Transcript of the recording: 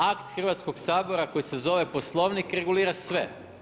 Akt Hrvatskog sabora koji se zove Poslovnik regulira sve.